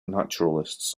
naturalists